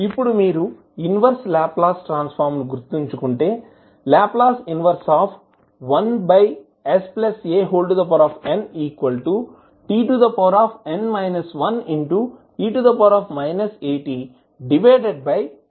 ఇప్పుడు మీరు inverse Laplace transform ను గుర్తుంచుకుంటే L 11santn 1e atn 1